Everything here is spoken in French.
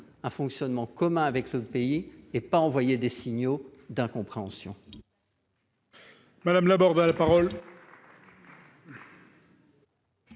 un fonctionnement commun avec le pays et non envoyer des signaux d'incompréhension.